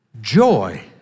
Joy